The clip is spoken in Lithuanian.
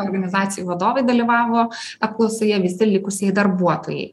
organizacijų vadovai dalyvavo apklausoje visi likusieji darbuotojai